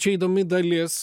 čia įdomi dalis